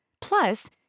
Plus